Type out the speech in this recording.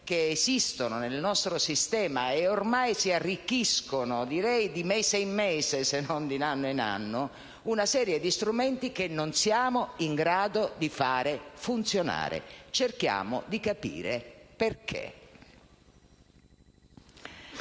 che esistono nel nostro sistema e ormai si arricchiscono - direi di mese in mese se non di anno in anno - una serie di strumenti che non siamo in grado di far funzionare. Cerchiamo di capire perché.